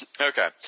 Okay